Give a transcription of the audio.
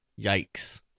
Yikes